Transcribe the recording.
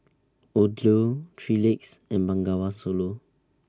Odlo three Legs and Bengawan Solo